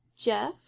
Jeff